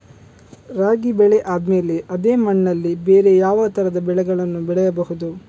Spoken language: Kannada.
ರಾಗಿ ಬೆಳೆ ಆದ್ಮೇಲೆ ಅದೇ ಮಣ್ಣಲ್ಲಿ ಬೇರೆ ಯಾವ ತರದ ಬೆಳೆಗಳನ್ನು ಬೆಳೆಯಬಹುದು?